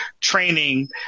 training